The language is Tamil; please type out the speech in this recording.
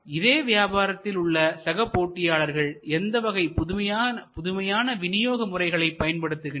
இதே வியாபாரத்தில் உள்ள சக போட்டியாளர்கள் எந்த வகை புதுமையான விநியோக முறைகளை பயன்படுத்துகின்றனர்